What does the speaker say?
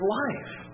life